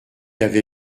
avait